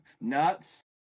Nuts